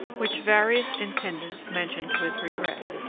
which various intendants mentioned with regret.